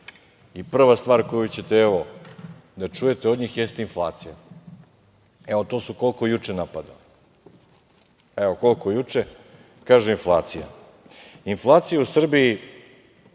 i prva stvar koju ćete da čujete od njih jeste inflacija. Evo, to su ukoliko juče napadali. Kaže – inflacija. Inflacija u Srbiji